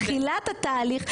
תחילת התהליך.